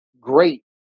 great